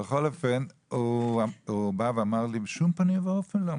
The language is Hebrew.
בכל אופן, הוא בא ואמר לי: "בשום פנים ואופן לא".